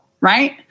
right